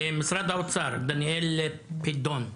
משרד האוצר, דניאל פדון,